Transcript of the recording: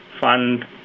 fund